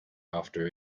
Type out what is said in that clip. after